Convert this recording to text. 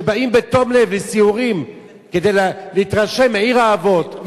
שבאים בתום לב לסיורים כדי להתרשם מעיר האבות,